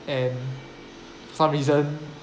and some reason